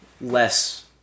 less